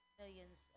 millions